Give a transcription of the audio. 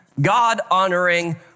God-honoring